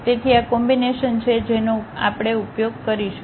તેથી આ કોમ્બિનેશન છે જેનો આપણે ઉપયોગ કરીશું